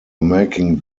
making